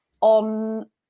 on